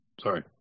Sorry